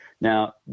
Now